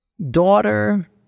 Daughter